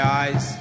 eyes